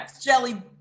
jelly